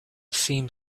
seemed